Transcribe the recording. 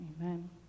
Amen